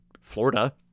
Florida